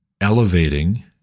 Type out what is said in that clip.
elevating